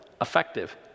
effective